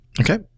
Okay